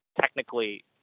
technically